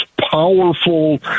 powerful